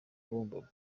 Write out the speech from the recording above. bumbogo